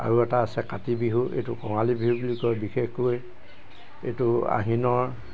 আৰু এটা আছে কাতি বিহু এইটো কঙালী বিহু বুলি কয় বিশেষকৈ এইটো আহিনৰ